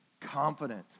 confident